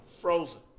Frozen